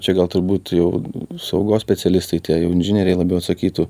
čia gal turbūt jau saugos specialistai tie jau inžinieriai labiau atsakytų